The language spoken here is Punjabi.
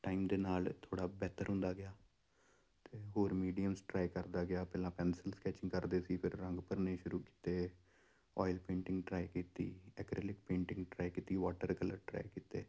ਟਾਈਮ ਦੇ ਨਾਲ ਥੋੜ੍ਹਾ ਬਿਹਤਰ ਹੁੰਦਾ ਗਿਆ ਅਤੇ ਹੋਰ ਮੀਡੀਅਮਸ ਟਰਾਏ ਕਰਦਾ ਗਿਆ ਪਹਿਲਾਂ ਪੈਂਨਸਲ ਸਕੈਚਿੰਗ ਕਰਦੇ ਸੀ ਫਿਰ ਰੰਗ ਭਰਨੇ ਸ਼ੁਰੂ ਕੀਤੇ ਓਇਲ ਪੇਂਟਿੰਗ ਟਰਾਏ ਕੀਤੀ ਐਕਰੇਲਿਕ ਪੇਂਟਿੰਗ ਟਰਾਏ ਕੀਤੀ ਵੋਟਰ ਕਲਰ ਟਰਾਏ ਕੀਤੇ